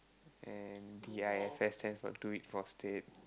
and D_I_F_S stands for do it for stead